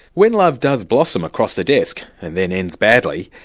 when love does blossom across the desk, and then ends badly,